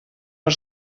per